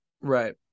Right